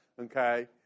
okay